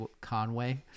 Conway